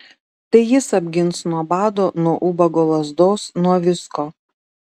tai jis apgins nuo bado nuo ubago lazdos nuo visko